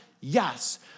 Yes